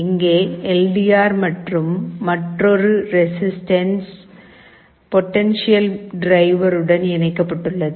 இங்கே L D R மற்றும் மற்றொரு ரெசிஸ்டன்ஸ் பொட்டன்ஷியல் டிவைடருடன் இணைக்கப்பட்டுள்ளது